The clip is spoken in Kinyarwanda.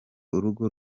urugo